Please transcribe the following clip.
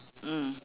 mm